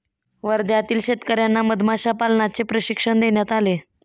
वर्ध्यातील शेतकर्यांना मधमाशा पालनाचे प्रशिक्षण देण्यात आले